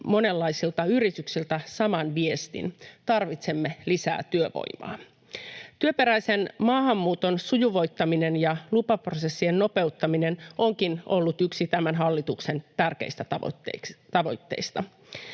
monenlaisilta yrityksiltä saman viestin: tarvitsemme lisää työvoimaa. Työperäisen maahanmuuton sujuvoittaminen ja lupaprosessien nopeuttaminen onkin ollut yksi tämän hallituksen tärkeistä tavoitteista.